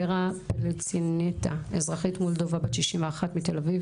ורה ורצינטה, אזרחית מולדובה בת 61 מתל אביב.